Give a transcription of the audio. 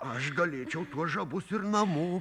aš galėčiau tuos žabus ir namo